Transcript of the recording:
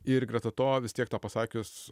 ir greta to vis tiek tą pasakius